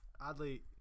oddly